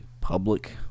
public